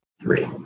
three